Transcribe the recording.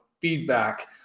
feedback